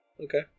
Okay